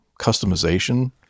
customization